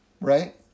Right